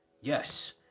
Yes